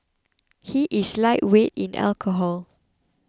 he is lightweight in alcohol